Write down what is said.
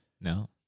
No